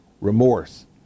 remorse